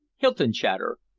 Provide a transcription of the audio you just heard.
hylton chater,